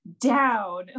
down